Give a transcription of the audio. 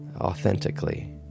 authentically